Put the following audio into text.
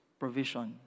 provision